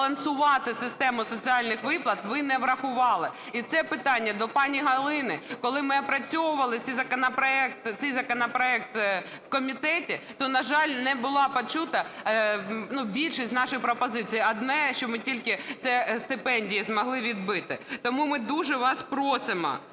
збалансувати систему соціальних виплат, ви не врахували. І це питання до пані Галини. Коли ми опрацьовували цей законопроект в комітеті, то, на жаль, не була почута, ну, більшість з наших пропозицій. Одне, що ми тільки, це стипендії змогли відбити. Тому ми дуже вас просимо